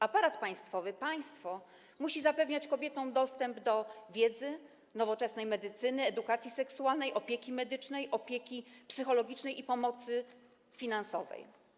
Aparat państwowy - państwo musi zapewniać kobietom dostęp do wiedzy, nowoczesnej medycyny, edukacji seksualnej, opieki medycznej, opieki psychologicznej i pomocy finansowej.